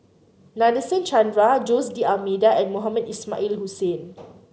Nadasen Chandra Jose D'Almeida and Mohamed Ismail Hussain